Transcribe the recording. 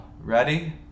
Ready